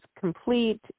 complete